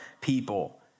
people